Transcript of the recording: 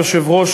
אדוני היושב-ראש,